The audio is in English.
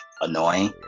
annoying